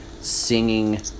singing